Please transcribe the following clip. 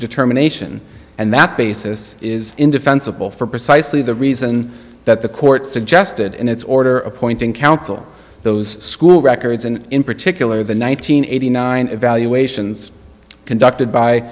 determination and that basis is indefensible for precisely the reason that the court suggested in its order appointing counsel those school records and in particular the nine hundred eighty nine evaluations conducted by